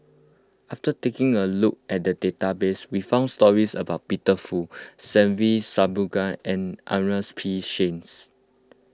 after taking a look at the database we found stories about Peter Fu Se Ve Shanmugam and Ernest P Shanks